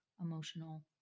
emotional